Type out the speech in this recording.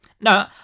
No